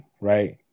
right